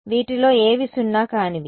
వీటిలో ఏవి సున్నా కానివి